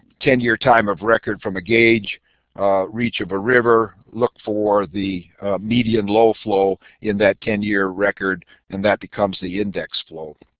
ten year time of record from a gauge a reach of a river look for the medium-low flow in that ten year record and that becomes the index flow.